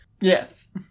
yes